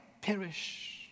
perish